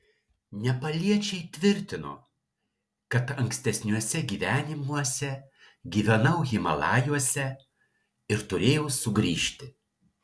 nepaliečiai tvirtino kad ankstesniuose gyvenimuose gyvenau himalajuose ir turėjau sugrįžti